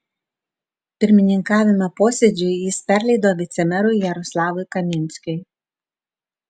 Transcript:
pirmininkavimą posėdžiui jis perleido vicemerui jaroslavui kaminskiui